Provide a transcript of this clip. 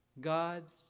God's